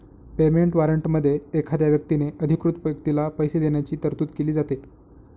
payment वॉरंटमध्ये एखाद्या व्यक्तीने अधिकृत व्यक्तीला पैसे देण्याची तरतूद केली जाते